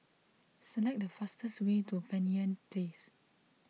select the fastest way to Banyan Place